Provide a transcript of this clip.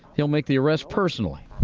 he'll make the arrest personally.